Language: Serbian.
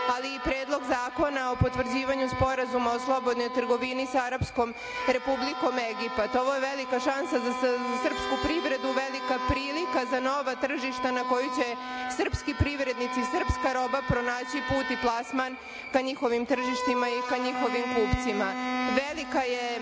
ali i Predlog zakona o potvrđivanju sporazuma o slobodnoj trgovini sa Arapskom republikom Egipat. Ovo je velika šansa za srpsku privredu, velika prilika za nova tržišta na kojima će srpski privrednici, srpska roba pronaći put i plasman ka njihovim tržištima i ka njihovim kupcima. Veliki